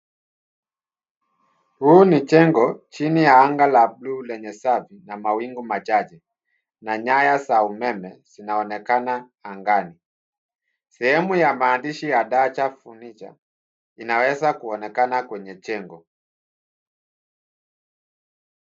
Huu ni jengo chini ya anga la bluu lenye safi na mawingu machache na nyaya za umeme zinaonekana angani. Sehemu ya maandishi ya datcha furniture inaweza kuonekana kwenye jengo.